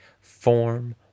form